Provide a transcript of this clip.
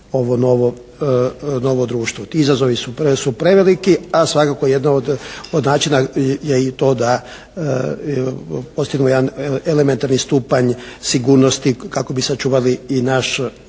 ovo novo društvo. Ti izazovi su preveliki. A svakako jedno od način je i to da postignu jedan elementarni stupanj sigurnosti kako bi sačuvali i naš